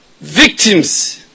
victims